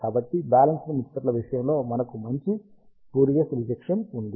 కాబట్టి బ్యాలెన్సుడ్ మిక్సర్ల విషయంలో మనకు మంచి స్పూరియస్ రేజేక్షన్ ఉంది